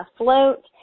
afloat